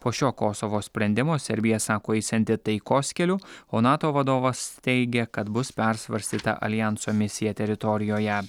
po šio kosovo sprendimo serbija sako eisianti taikos keliu o nato vadovas teigia kad bus persvarstyta aljanso misija teritorijoje